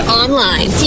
online